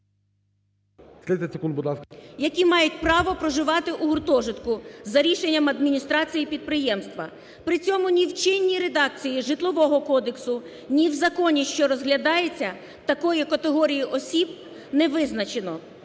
…які мають право проживати у гуртожитку за рішенням адміністрації підприємства. При цьому ні в чинній редакції Житлового кодексу, ні в законі, що розглядається, такої категорії осіб не визначено.